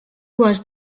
was